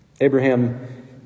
Abraham